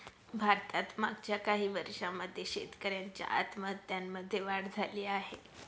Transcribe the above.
भारतात मागच्या काही वर्षांमध्ये शेतकऱ्यांच्या आत्महत्यांमध्ये वाढ झाली आहे